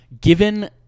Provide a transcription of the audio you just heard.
given